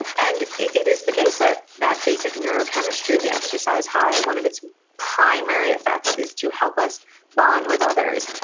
and it is the case that that basic neurochemistry of the exercise high, one of its primary effects is to help us bond with others.